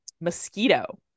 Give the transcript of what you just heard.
Mosquito